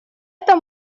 это